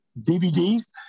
DVDs